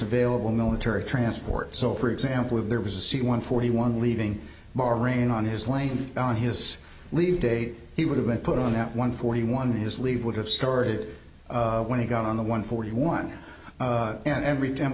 available military transport so for example if there was a c one forty one leaving more rain on his plane on his leave date he would have been put on that one forty one his leave would have started when he got on the one forty one and every time